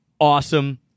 awesome